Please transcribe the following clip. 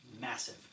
massive